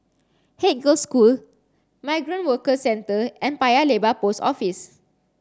Haig Girls' School Migrant Workers Centre and Paya Lebar Post Office